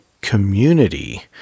community